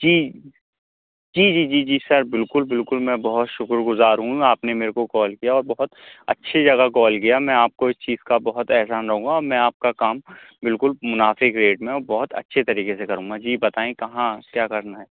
جی جی جی جی جی سر بالکل بالکل میں بہت شُکر گزار ہوں میں آپ نے میرے کو کال کیا اور بہت اچھی جگہ کال کیا میں آپ کو اِس چیز کا بہت احسان رہوں گا میں آپ کا کام بالکل مناسب ریٹ میں اور بہت اچھے طریقے سے کروں گا جی بتائیں کہاں کیا کرنا ہے